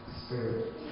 spirit